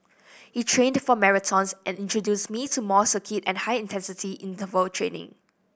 he trained for marathons and introduced me to more circuit and high intensity interval training